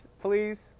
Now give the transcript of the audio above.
please